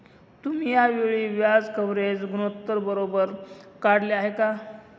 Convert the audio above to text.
तुम्ही या वेळी व्याज कव्हरेज गुणोत्तर बरोबर काढले आहे का?